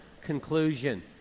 conclusion